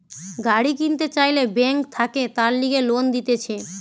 গাড়ি কিনতে চাইলে বেঙ্ক থাকে তার লিগে লোন দিতেছে